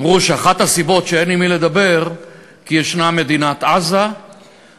אמרו שאחת הסיבות שאין עם מי לדבר היא כי יש מדינת עזה ויש